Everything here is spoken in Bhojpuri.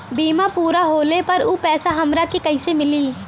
बीमा पूरा होले पर उ पैसा हमरा के कईसे मिली?